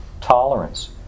tolerance